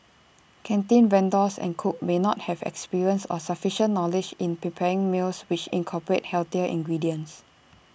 canteen vendors and cooks may not have experience or sufficient knowledge in preparing meals which incorporate healthier ingredients